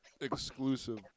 exclusive